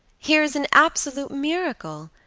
here is an absolute miracle.